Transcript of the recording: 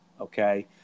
Okay